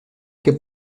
que